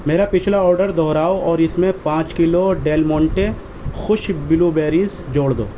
میرا پچھلا آڈر دہراؤ اور اس میں پانچ کلو ڈیل مونٹے خشک بلو بیریس جوڑ دو